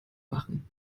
machen